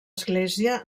església